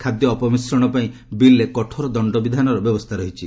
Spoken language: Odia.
ଖାଦ୍ୟ ଅପମିଶ୍ରଣ ପାଇଁ ବିଲ୍ରେ କଠୋର ଦଶ୍ଚବିଧାନର ବ୍ୟବସ୍ଥା ଅଛି